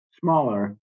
smaller